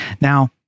Now